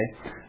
Okay